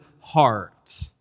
heart